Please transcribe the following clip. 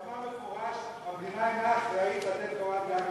הוא אמר במפורש: המדינה אינה אחראית לתת קורת גג לאזרח.